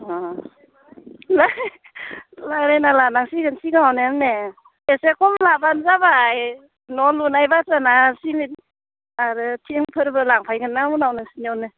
रायज्लाना लानांसिगोन सिगांआवनो आंने एसे खम लाब्लानो जाबाय न' लुनाय बाथ्रा ना सिमेन्ट आरो थिंफोरबो लांफायगोन ना उनाव नोंसिनियावनो